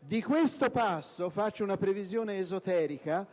Di questo passo, facendo una previsione esoterica,